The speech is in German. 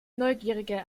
neugierige